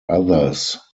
others